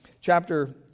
chapter